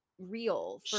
real